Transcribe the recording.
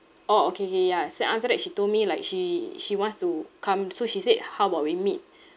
orh okay okay ya so after that she told me like she she wants to come so she said how about we meet